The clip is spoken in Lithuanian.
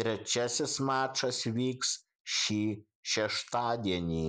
trečiasis mačas vyks šį šeštadienį